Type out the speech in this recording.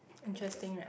character